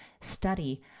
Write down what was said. study